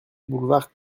boulevard